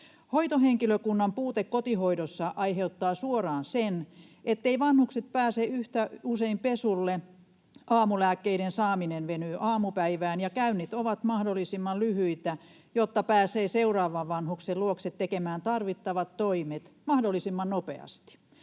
Hoitohenkilökunnan puute kotihoidossa aiheuttaa suoraan sen, etteivät vanhukset pääse yhtä usein pesulle, aamulääkkeiden saaminen venyy aamupäivään ja käynnit ovat mahdollisimman lyhyitä, jotta pääsee seuraavan vanhuksen luokse tekemään tarvittavat toimet mahdollisimman nopeasti.